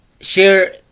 share